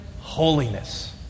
holiness